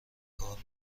کار